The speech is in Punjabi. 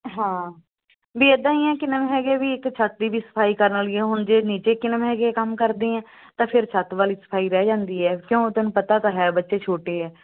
ਹਾਂ ਵੀ ਇਦਾਂ ਹੀ ਵੀ ਕੀ ਨਾਮ ਹੈਗਾ ਵੀ ਛੱਤ ਦੀ ਸਫਾਈ ਕਰਨ ਵਾਲੀਆਂ ਹੁਣ ਜੇ ਨੀਚੇ ਕੀ ਨਾਮ ਹੈਗੇ ਕੰਮ ਕਰਦੀ ਆਂ ਤਾਂ ਫਿਰ ਛੱਤ ਵਾਲੀ ਸਫਾਈ ਰਹਿ ਜਾਂਦੀ ਐ ਕਿਉਂ ਤੈਨੂੰ ਪਤਾ ਤਾਂ ਹੈ ਬੱਚੇ ਛੋਟੇ ਆ